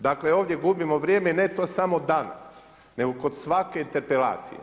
Dakle ovdje gubimo vrijeme i ne to samo danas nego kod svake interpelacije.